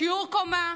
ויש בסוף שיעור קומה,